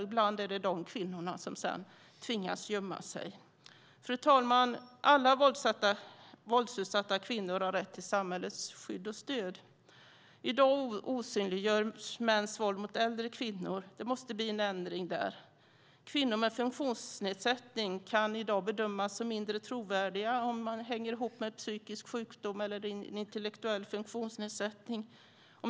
Ibland är det de kvinnorna som sedan tvingas gömma sig. Fru talman! Alla våldsutsatta kvinnor har rätt till samhällets skydd och stöd. I dag osynliggörs mäns våld mot äldre kvinnor. Det måste bli en ändring där. Kvinnor med funktionsnedsättning kan i dag bedömas som mindre trovärdiga om det hänger ihop med en psykisk sjukdom eller en intellektuell funktionsnedsättning.